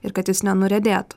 ir kad jis nenuriedėtų